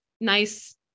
nice